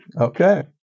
Okay